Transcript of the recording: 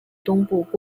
东部